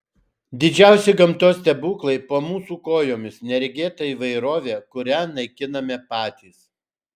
didžiausi gamtos stebuklai po mūsų kojomis neregėta įvairovė kurią naikiname patys